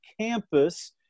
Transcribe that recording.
campus